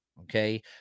okay